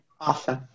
Awesome